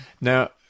Now